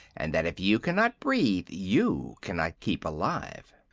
and that if you cannot breathe you cannot keep alive.